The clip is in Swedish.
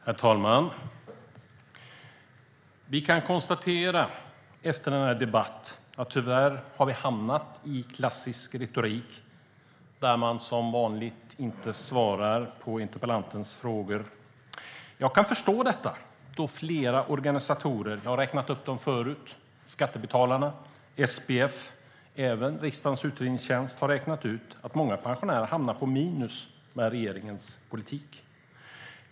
Herr talman! Efter denna debatt kan jag konstatera att vi tyvärr har hamnat i klassisk retorik där man som vanligt inte svarar på interpellantens frågor. Jag kan förstå det då organisationer som Skattebetalarna och SPF och även riksdagens utredningstjänst har räknat ut att många pensionärer hamnar på minus med regeringens politik.